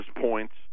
points